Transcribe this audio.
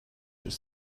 ist